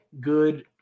good